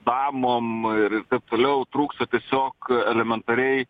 damom ir toliau trūksta tiesiog elementariai